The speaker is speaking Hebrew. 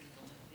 מכובדי